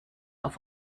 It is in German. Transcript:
auf